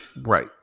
right